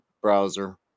browser